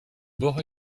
bord